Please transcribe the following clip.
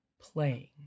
playing